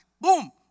Boom